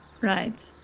Right